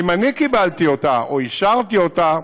ואם אני קיבלתי אותה או אישרתי אותה,